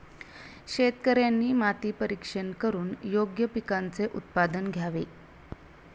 शेतकऱ्यांनी माती परीक्षण करून योग्य पिकांचे उत्पादन घ्यावे